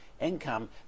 income